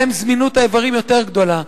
שבהם זמינות האיברים יותר גדולה.